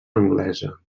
anglesa